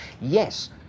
Yes